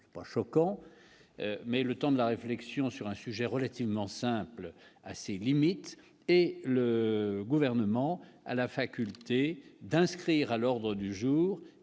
réflexion pas choquant mais le temps de la réflexion sur un sujet relativement simple, a ses limites et le gouvernement à la faculté d'inscrire à l'ordre du jour,